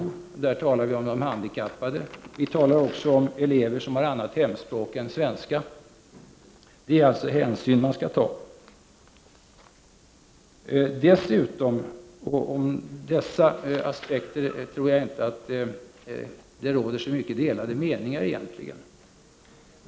Vi talar därvidlag om de handikappade och också om elever som har annat hemspråk än svenska. Det är alltså hänsyn som man skall ta. Om dessa aspekter tror jag egentligen inte att det råder så mycket delade meningar.